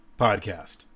podcast